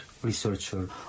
Researcher